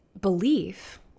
belief